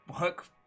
work